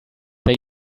they